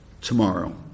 tomorrow